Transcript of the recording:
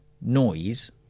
noise